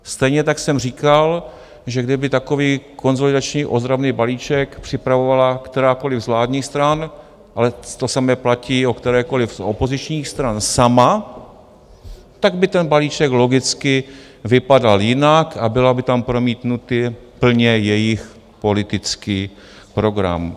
Stejně tak jsem říkal, že kdyby takový konsolidační ozdravný balíček připravovala kterákoliv z vládních stran ale to samé platí o kterékoli z opozičních stran sama, tak by ten balíček logicky vypadal jinak a byl by tam promítnut plně jejich politický program.